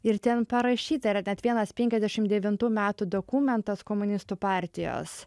ir ten parašyta yra net vienas penkiasdešimt devintų metų dokumentas komunistų partijos